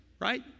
right